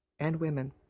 and women